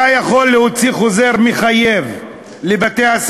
אתה יכול להוציא חוזר מחייב לבתי-הספר,